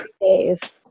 days